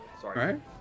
Sorry